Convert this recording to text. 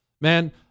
man